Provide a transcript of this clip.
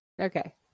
Okay